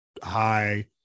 High